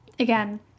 Again